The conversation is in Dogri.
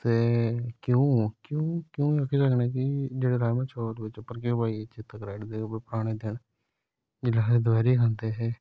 ते घ्यो घ्यो घेयो घ्यो कन्नै कि जे राजमा चौल बिच उप्पर घ्यो पाइयै चेता कराई उड़दे ओह् भाई पाने तैं जेल्ले अहें दपैहरी खंदे हे